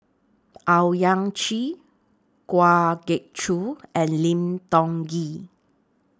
Owyang Chi Kwa Geok Choo and Lim Tiong Ghee